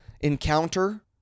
encounter